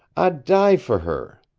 i'd die for her.